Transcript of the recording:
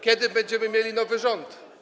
Kiedy będziemy mieli nowy rząd?